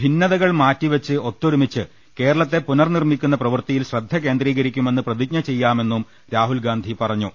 ഭിന്നതകൾ മാറ്റിവെച്ച് ഒത്തൊരുമിച്ച് കേരളത്തെ പുനർനിർമിക്കുന്ന പ്രവൃത്തിയിൽ ശ്രദ്ധകേന്ദ്രീകരിക്കുമെന്ന് പ്രതിജ്ഞ ചെയ്യാമെന്നും രാഹുൽഗാന്ധി പറഞ്ഞു